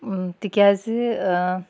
تکیازِ